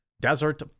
Desert